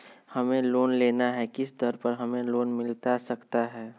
हमें लोन लेना है किस दर पर हमें लोन मिलता सकता है?